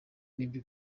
n’ibyo